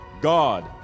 God